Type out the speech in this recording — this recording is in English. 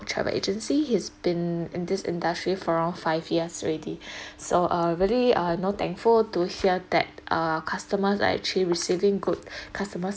travel agency he's been in this industry for around five years already so uh really uh know thankful to hear that uh customers are actually receiving good customers